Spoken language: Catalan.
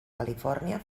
califòrnia